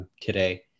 today